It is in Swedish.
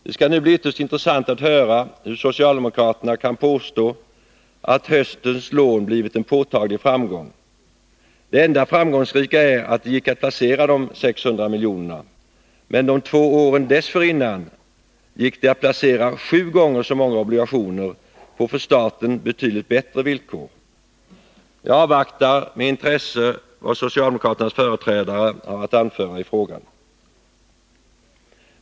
Det skall nu bli ytterst intressant att höra hur socialdemokraterna kan påstå att höstens lån blivit en påtaglig framgång. Det enda framgångsrika är att det gick att placera de 600 miljonerna, men de två åren dessförinnan gick det att placera sju gånger så många obligationer på för staten betydligt bättre villkor. Jag avvaktar med intresse vad socialdemokraternas företrädare har att anföra i frågan.